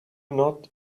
not